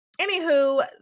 anywho